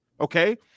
okay